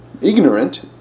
ignorant